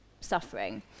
suffering